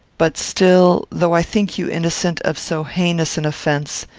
but still, though i think you innocent of so heinous an offence,